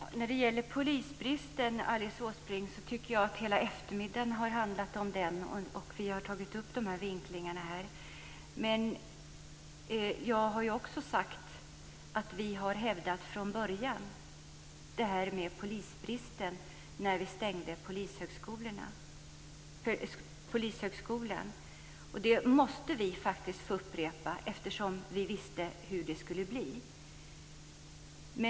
Fru talman! När det gäller polisbristen, Alice Åström, tycker jag att hela eftermiddagen har handlat om den. Vi har tagit upp dessa vinklingar här. Som jag också har sagt har vi redan från börjat hävdat detta med den polisbrist som skulle uppstå när vi stängde polishögskolan. Det måste vi faktiskt få upprepa, eftersom vi visste hur det skulle bli.